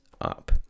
up